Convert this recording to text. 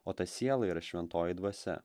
o ta siela yra šventoji dvasia